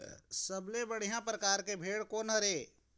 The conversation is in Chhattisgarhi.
सबले बढ़िया परकार के भेड़ कोन हर ये?